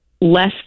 less